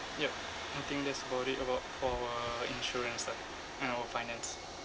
yup I think that's about it about for uh insurance lah and our finance